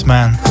Man